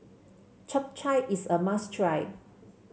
Chap Chai is a must try